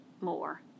more